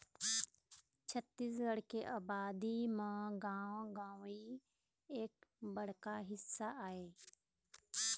छत्तीसगढ़ के अबादी म गाँव गंवई एक बड़का हिस्सा आय